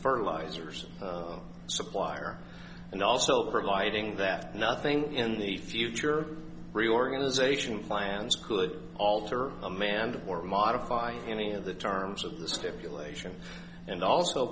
fertilisers supplier and also providing that nothing in the future reorganization plans could alter amanda or modify any of the terms of the stipulation and also